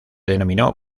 denominó